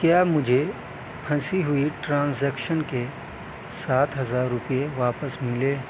کیا مجھے پھنسی ہوئی ٹرانزیکشن کے سات ہزار روپیے واپس ملے